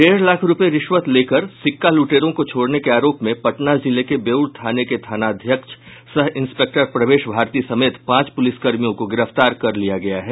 डेढ़ लाख रूपये रिश्वत लेकर सिक्का लूटेरों को छोड़ने के आरोप में पटना जिले के बेउर थाने के थानाध्यक्ष सह इंस्पेक्टर प्रवेश भारती समेत पांच पुलिसकर्मियों को गिरफ्तार कर लिया गया है